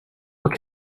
what